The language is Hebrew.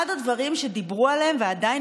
היא אחד הדברים שדיברו עליהם ועדיין